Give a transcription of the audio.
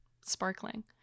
sparkling